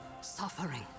Suffering